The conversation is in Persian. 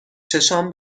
چشام